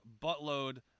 buttload